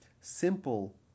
simple